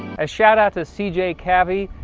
a shout out to cjkavy,